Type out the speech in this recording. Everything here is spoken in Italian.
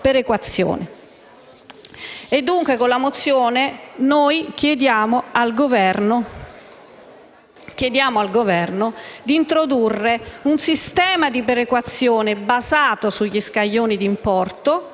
Con la mozione in esame chiediamo al Governo di introdurre un sistema di perequazione basato sugli "scaglioni di importo",